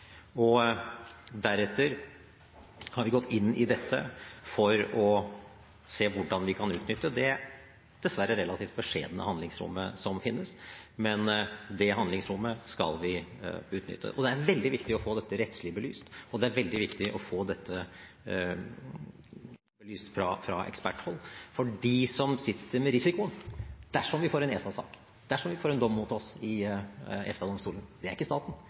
Deretter har vi gått inn i dette for å se på hvordan vi kan utnytte det dessverre relativt beskjedne handlingsrommet som finnes, men det handlingsrommet skal vi utnytte. Det er veldig viktig å få dette rettslig belyst, og det er veldig viktig å få dette belyst fra eksperthold, for de som sitter med risikoen dersom vi får en ESA-sak, dersom vi får en dom imot oss i EFTA-domstolen, er ikke staten,